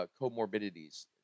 comorbidities